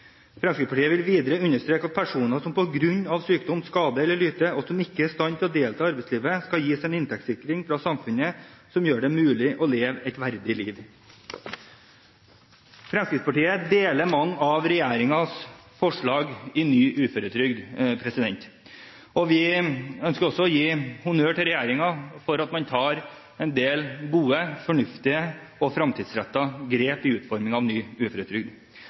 Fremskrittspartiet vil videre understreke at personer som på grunn av sykdom, skade eller lyte, og som ikke er i stand til å delta i arbeidslivet, skal gis en inntektssikring fra samfunnet som gjør det mulig å leve et verdig liv. Fremskrittspartiet deler mange av regjeringens forslag til ny uføretrygd, og vi ønsker også å gi honnør til regjeringen for at man tar en del gode, fornuftige og fremtidsrettede grep i utformingen av ny uføretrygd.